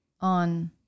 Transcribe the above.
on